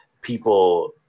people